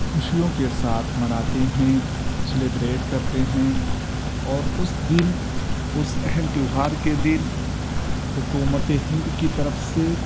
خوشیوں کے ساتھ مناتے ہیں سلیبریٹ کرتے ہیں اور اس دن اس اہم تہوار کے دن حکومت ہند کی طرف سے